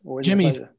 Jimmy